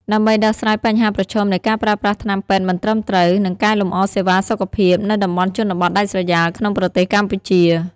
ដើម្បីដោះស្រាយបញ្ហាប្រឈមនៃការប្រើប្រាស់ថ្នាំពេទ្យមិនត្រឹមត្រូវ និងកែលម្អសេវាសុខភាពនៅតំបន់ជនបទដាច់ស្រយាលក្នុងប្រទេសកម្ពុជា ។